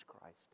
Christ